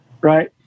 right